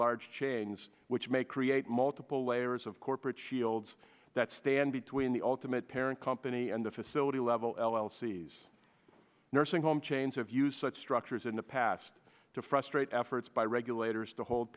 large chains which may create multiple layers of corporate shields that stand between the ultimate parent company and the facility level elsie's nursing home chains have used such structures in the past to frustrate efforts by regulators to hold